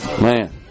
Man